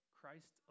christ